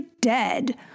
dead